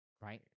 right